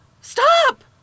Stop